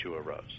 arose